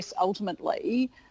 ultimately